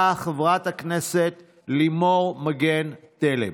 באה חברת הכנסת לימור מגן תלם,